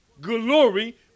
glory